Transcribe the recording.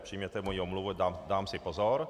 Přijměte moji omluvu, dám si pozor.